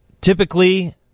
typically